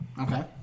okay